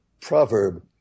proverb